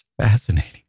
Fascinating